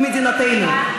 במדינתנו.